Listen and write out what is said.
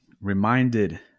reminded